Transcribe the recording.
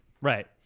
Right